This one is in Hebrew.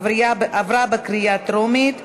עברה בקריאה טרומית,